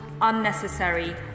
unnecessary